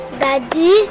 daddy